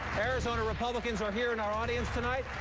arizona republicans are here in our audience tonight.